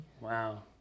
Wow